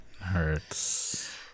Hurts